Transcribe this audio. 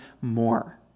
more